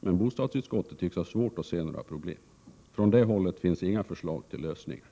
men bostadsutskottet tycks ha svårt att se några problem — från det hållet kommer inga förslag till lösningar.